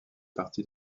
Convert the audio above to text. partie